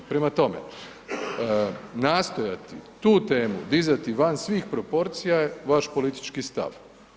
Prema tome, nastojati tu temu dizati van svih proporcija je vaš politički stav.